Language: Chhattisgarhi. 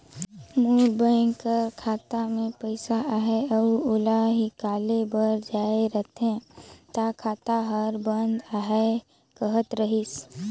मोर बेंक कर खाता में पइसा अहे अउ ओला हिंकाले बर जाए रहें ता खाता हर बंद अहे कहत रहिस